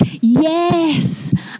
yes